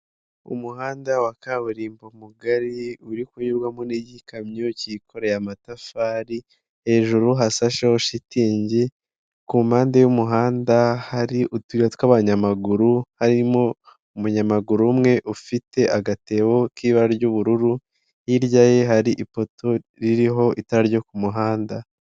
Umuhanda wa kaburimbo mugari uri kunyurwamo n'igikamyo cyikoreye amatafari hejuru hasasheho shitingi, ku mpande y'umuhanda hari utuyira tw'abanyamaguru, harimo umunyamaguru umwe ufite agatebo k'ibara ry'ubururu, hirya ye hari ipoto ririho itara ryo ku muhanda.